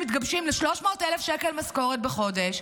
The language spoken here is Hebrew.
שמתגבשים ל-300,000 שקל משכורת בחודש,